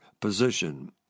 position